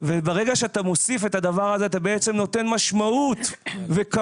ברגע שאתה מוסיף את הדבר הזה אתה בעצם נותן משמעות וכבוד,